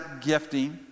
gifting